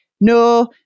No